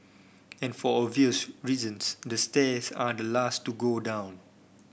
and for obvious reasons the stairs are the last to go down